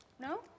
No